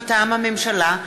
מטעם הממשלה: